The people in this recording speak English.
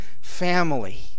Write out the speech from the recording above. family